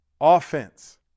Offense